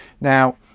Now